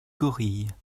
gorille